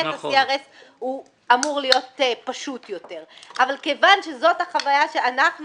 ה-CRS אמור להיות פשוט יותר אבל כיוון שזאת החוויה שאנחנו